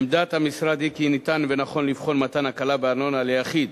עמדת המשרד היא כי ניתן ונכון לבחון מתן הקלה בארנונה ליחיד